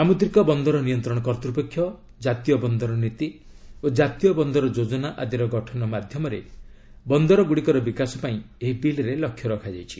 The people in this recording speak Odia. ସାମୁଦ୍ରିକ ବନ୍ଦର ନିୟନ୍ତ୍ରଣ କର୍ତ୍ତୃପକ୍ଷ ଜାତୀୟ ବନ୍ଦର ନୀତି ଓ ଜାତୀୟ ବନ୍ଦର ଯୋଜନା ଆଦିର ଗଠନ ମାଧ୍ୟମରେ ବନ୍ଦରଗୁଡ଼ିକର ବିକାଶ ପାଇଁ ଏହି ବିଲ୍ରେ ଲକ୍ଷ୍ୟ ରହିଛି